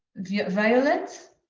the ah violet,